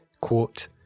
quote